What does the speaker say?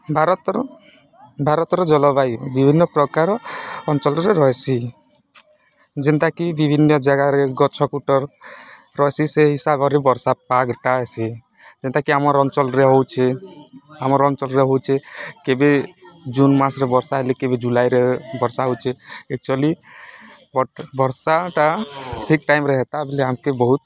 ଭାରତର ଭାରତର ଜଳବାୟୁ ବିଭିନ୍ନ ପ୍ରକାର ଅଞ୍ଚଲରେ ରହେସି ଯେନ୍ତାକି ବିଭିନ୍ନ ଜାଗାରେ ଗଛ ଖୁଟ୍ ରହେସି ସେ ହିସାବରେ ବର୍ଷା ପାଗ୍ଟା ଆଏସି ଯେନ୍ତାକି ଆମର୍ ଅଞ୍ଚଳରେ ହଉଛେ ଆମର୍ ଅଞ୍ଚଳରେ ହଉଚେ କେବେ ଜୁନ୍ ମାସରେ ବର୍ଷା ହେଲେ କେବେ ଜୁଲାଇରେ ବର୍ଷା ହଉଚେ ଏକଚୁଲି ବଟ୍ ବର୍ଷାଟା ଠିକ୍ ଟାଇମ୍ରେ ହେତା ବଏଲେ ଆମ୍କେ ବହୁତ୍